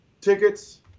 tickets